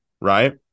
right